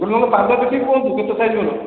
ମୋର ନହେଲେ ପାଦ ଦେଖିକି କୁହନ୍ତୁ କେତେ ସାଇଜ୍ ଅଛି